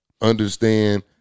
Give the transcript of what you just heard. understand